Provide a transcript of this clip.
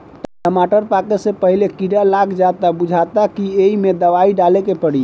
टमाटर पाके से पहिले कीड़ा लाग जाता बुझाता कि ऐइमे दवाई डाले के पड़ी